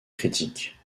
critique